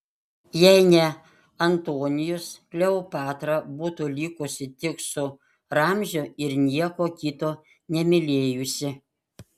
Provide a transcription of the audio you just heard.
jei ne antonijus kleopatra būtų likusi tik su ramziu ir nieko kito nemylėjusi